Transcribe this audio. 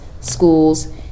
schools